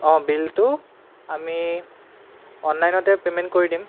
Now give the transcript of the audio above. অঁ বিলটো আমি অনলাইনতে পে'মেণ্ট কৰি দিম